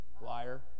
Liar